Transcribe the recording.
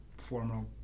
formal